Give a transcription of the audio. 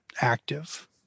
active